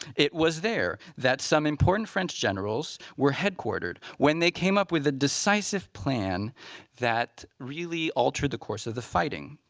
it was there that some important french generals were headquartered when they came up with a decisive plan that really altered the course of the fighting.